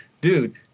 dude